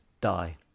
die